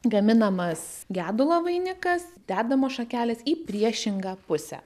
gaminamas gedulo vainikas dedamos šakelės į priešingą pusę